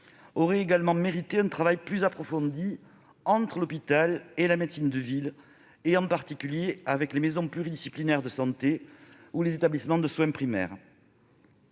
aurait également mérité un travail plus approfondi entre l'hôpital et la médecine de ville, en particulier avec les maisons pluridisciplinaires de santé ou les établissements de soins primaires.